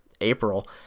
April